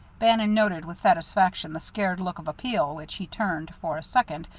bannon noted with satisfaction the scared look of appeal which he turned, for a second,